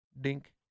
dink